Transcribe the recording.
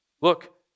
Look